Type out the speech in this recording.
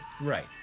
Right